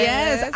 Yes